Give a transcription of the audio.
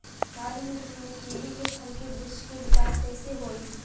काली मिट्टी में कीवी के फल के बृछ के विकास कइसे होई?